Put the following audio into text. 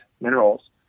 minerals